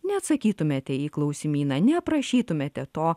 neatsakytumėte į klausimyną neaprašytumėte to